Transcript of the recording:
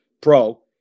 pro